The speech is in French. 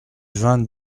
vingt